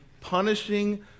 punishing